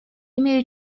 имею